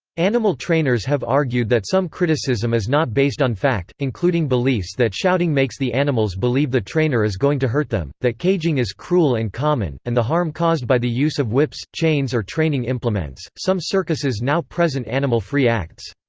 animal trainers have argued that some criticism is not based on fact, including beliefs that shouting makes the animals believe the trainer is going to hurt them, that caging is cruel and common, and the harm caused by the use of whips, chains or training implements some circuses now present animal-free acts.